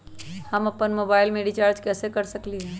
हम अपन मोबाइल में रिचार्ज कैसे कर सकली ह?